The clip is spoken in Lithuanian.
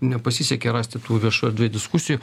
nepasisekė rasti tų viešoj erdvėj diskusijų